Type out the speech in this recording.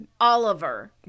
Oliver